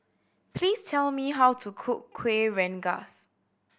please tell me how to cook Kuih Rengas